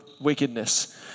wickedness